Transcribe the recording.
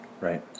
Right